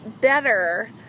better